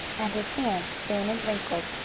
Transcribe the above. and his hand, thin and wrinkled,